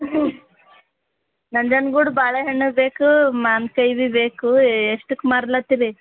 ಇದು ನಂಜನ್ಗೂಡು ಬಾಳೆಹಣ್ಣ ಬೇಕು ಮಾವಿನ್ಕಾಯಿ ಭಿ ಬೇಕು ಎಷ್ಟಕ್ಕೆ ಮಾರಲತ್ತಿರಿ